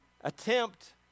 attempt